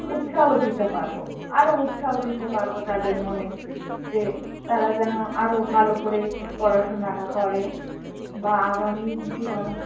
উৎসাহ দিতে পারবো আরও উৎসাহ দিতে পারবো তাদের মনে যে তারা যেন আরও ভালো করে পড়াশোনাটা করে বা আগামী জীবনে